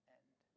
end